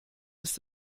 ist